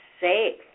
safe